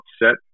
upset